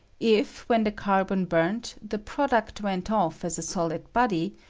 if, when the carbon burnt, the product went off as a solid body,